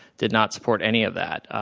did not support any of that.